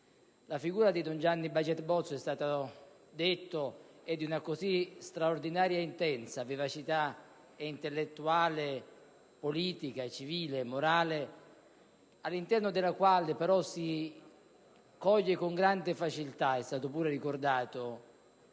quella di don Gianni Baget Bozzo è una figura di straordinaria ed intensa vivacità intellettuale, politica, civile e morale, all'interno della quale però si coglie con grande facilità - è stato pure ricordato